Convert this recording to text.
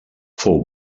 fou